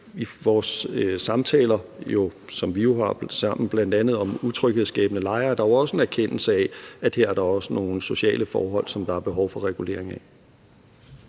I vores samtaler, som vi jo har sammen, om bl.a. utryghedsskabende lejre er der jo en erkendelse af, at der her også er nogle sociale forhold, som der er behov for regulering af.